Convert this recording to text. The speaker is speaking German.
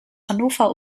hannover